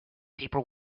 paper